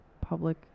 public